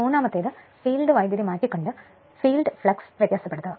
മൂന്നാമത്തേത് ഫീൽഡ് വൈദ്യുതി മാറ്റിക്കൊണ്ട് ഫീൽഡ് ഫ്ലക്സ് വ്യത്യാസപ്പെടുത്തുക